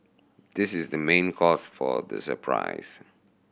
this is the main cause for the surprise